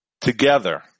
together